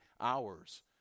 hours